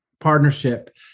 partnership